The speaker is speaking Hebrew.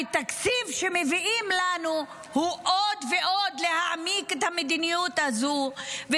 התקציב שמביאים לנו מעמיק את המדיניות הזו עוד ועוד,